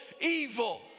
evil